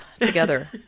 together